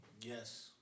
Yes